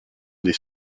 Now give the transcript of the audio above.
des